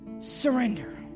surrender